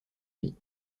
vie